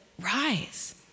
rise